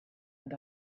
and